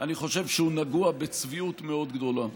אני חושב שהוא נגוע בצביעות מאוד גדולה,